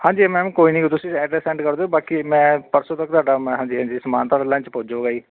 ਹਾਂਜੀ ਮੈਮ ਕੋਈ ਨਹੀਂ ਤੁਸੀਂ ਐਡਰੈਸ ਸੈਂਡ ਕਰ ਦਿਓ ਬਾਕੀ ਮੈਂ ਪਰਸੋਂ ਤੱਕ ਤੁਹਾਡਾ ਮੈਂ ਹਾਂਜੀ ਹਾਂਜੀ ਸਮਾਨ ਤਾ ਲੰਚ ਪੁੱਜ ਜੂਗਾ ਜੀ